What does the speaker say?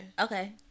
Okay